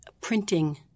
printing